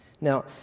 Now